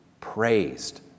praised